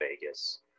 Vegas